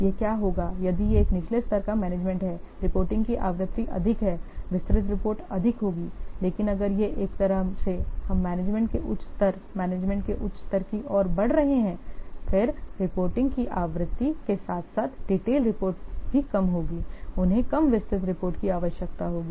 यह क्या होगा यदि यह एक निचले स्तर का मैनेजमेंट है रिपोर्टिंग की आवृत्ति अधिक है विस्तृत रिपोर्ट अधिक होगीलेकिन अगर यह एक तरह से हम मैनेजमेंट के उच्च स्तर मैनेजमेंट के उच्च स्तर की ओर बढ़ रहे हैं फिर रिपोर्टिंग की आवृत्ति के साथ साथ डिटेल रिपोर्ट भी कम होंगी उन्हें कम विस्तृत रिपोर्ट की आवश्यकता होगी